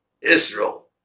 Israel